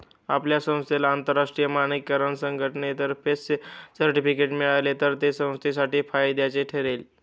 आपल्या संस्थेला आंतरराष्ट्रीय मानकीकरण संघटनेतर्फे सर्टिफिकेट मिळाले तर ते संस्थेसाठी फायद्याचे ठरेल